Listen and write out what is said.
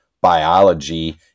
biology